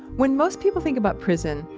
when most people think about prison,